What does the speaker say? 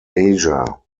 asia